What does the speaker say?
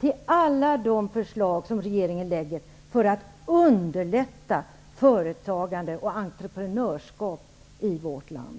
till alla förslag som regeringen har lagt fram för att underlätta företagande och entreprenörskap i vårt land?